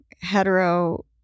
hetero